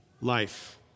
life